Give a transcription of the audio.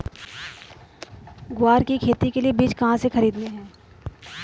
ग्वार की खेती के लिए बीज कहाँ से खरीदने हैं?